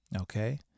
okay